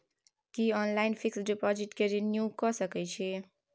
की online fix deposit के renew के सकै छी?